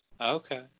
Okay